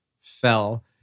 fell